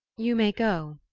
you may go,